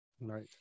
Right